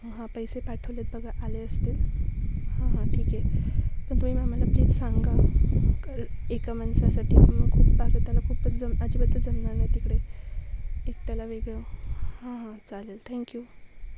हां पैसे पाठवले आहेत बघा आले असतील हां हां ठीक आहे पण तुमी आम्हाला प्लीज सांगा कल एका माणसासाठी मग खूप पाकता त्याला खूप जम अजिबातच जमणार नाही तिकडे एकट्याला वेगळं हां हां चालेल थँक्यू